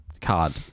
card